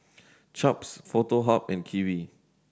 Chaps Foto Hub and Kiwi